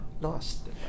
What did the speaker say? lost